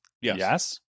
Yes